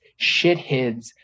shitheads